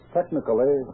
Technically